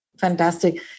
Fantastic